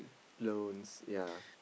loans yea